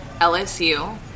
LSU